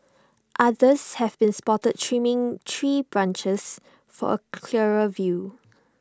others have been spotted trimming tree branches for A clearer view